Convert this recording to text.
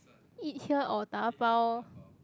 eat here or dabao